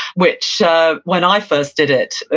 which when i first did it,